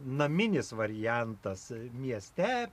naminis variantas mieste